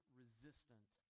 resistant